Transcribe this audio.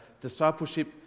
discipleship